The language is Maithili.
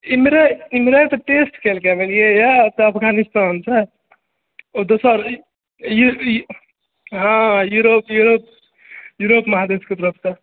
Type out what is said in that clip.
इम्हरे इम्हरे तऽ टेस्ट केलकय यऽ बुझलिए तऽ अफगानिस्तानसँ ओ दोसर ई ई हँ यूरोप यूरोप यूरोप महादेशके तरफसँ